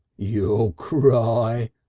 you'll cry,